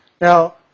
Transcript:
Now